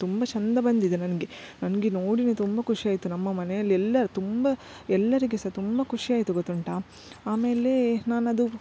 ತುಂಬ ಚಂದ ಬಂದಿದೆ ನನಗೆ ನನಗೆ ನೋಡಿನೇ ತುಂಬ ಖುಷಿಯಾಯ್ತು ನಮ್ಮ ಮನೆಯಲ್ಲಿ ಎಲ್ಲರು ತುಂಬ ಎಲ್ಲರಿಗೆ ಸಹ ತುಂಬ ಖುಷಿಯಾಯ್ತು ಗೊತ್ತುಂಟ ಆಮೇಲೆ ನಾನು ಅದು